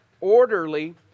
orderly